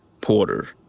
Porter